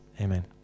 Amen